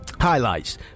Highlights